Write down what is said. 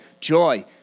joy